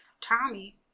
Tommy